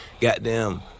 Goddamn